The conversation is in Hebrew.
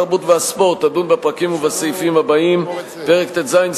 התרבות והספורט תדון בפרקים ובסעיפים הבאים: פרק ט"ז,